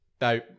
no